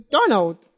Donald